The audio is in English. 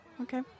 Okay